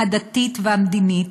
הדתית והמדינית,